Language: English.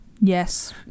Yes